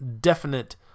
definite